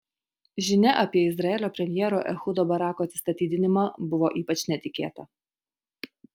žinia apie izraelio premjero ehudo barako atsistatydinimą buvo ypač netikėta